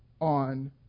on